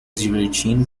divertindo